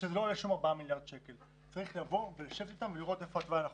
ואני לא רואה שם ארבעה מיליארד שקלים.